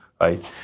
right